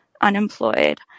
unemployed